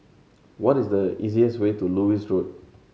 what is the easiest way to Lewis Road